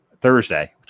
Thursday